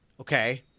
Okay